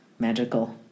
Magical